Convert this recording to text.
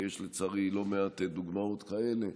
ויש לצערי לא מעט דוגמאות כאלה.